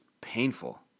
painful